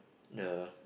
the